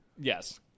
Yes